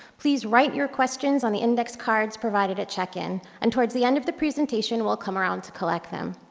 please write your questions on the index cards provided at check-in, and towards the end of the presentation we'll come around to collect them.